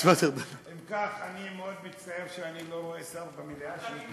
אם כך, אני מאוד מצטער שאני לא רואה שר במליאה.